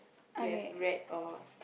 you have read or